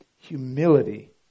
humility